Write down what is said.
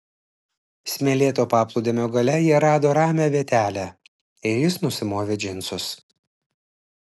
smėlėto paplūdimio gale jie rado ramią vietelę ir jis nusimovė džinsus